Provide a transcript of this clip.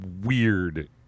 weird